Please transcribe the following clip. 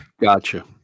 Gotcha